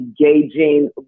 engaging